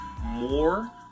more